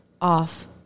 off